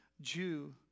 Jew